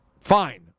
fine